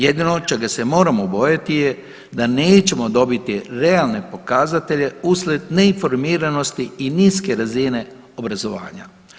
Jedino čega se moramo bojati je da nećemo dobiti realne pokazatelje uslijed neinformiranosti i niske razine obrazovanja.